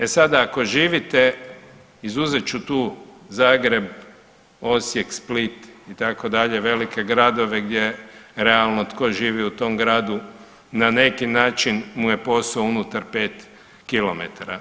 E sada ako živite izuzet ću tu Zagreb, Osijek, Split itd. velike gradove gdje realno tko živi u tom gradu na neki način mu je posao unutar 5 kilometara.